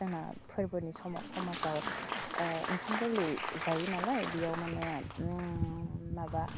जोंहा फोरबोनि समाव समाजाव ओंखाम गोरलै जायो नालाय बेयाव माने माबा